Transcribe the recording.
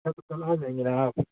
अच्छा तो कल आ जाएँगी ना आप